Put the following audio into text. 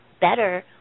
better